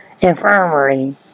Infirmary